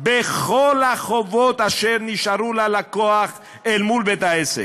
בכל החובות אשר נשארו ללקוח לבית-העסק,